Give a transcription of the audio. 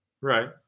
Right